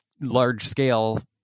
large-scale